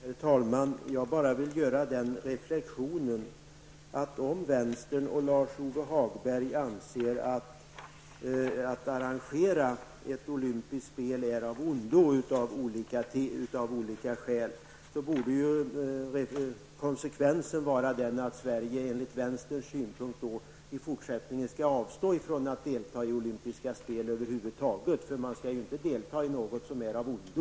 Herr talman! Jag vill bara göra den reflexionen att om vänstern och Lars-Ove Hagberg anser att arrangemang av olympiska spel av olika skäl är av ondo, borde konsekvensen vara att Sverige enligt vänsterns uppfattning i fortsättningen skall avstå från att delta i olympiska spel över huvud taget. Man skall ju inte delta i något som är av ondo!